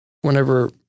whenever